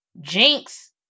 Jinx